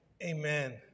Amen